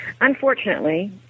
Unfortunately